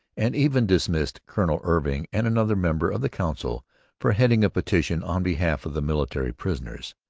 and even dismissed colonel irving and another member of the council for heading a petition on behalf of the military prisoners.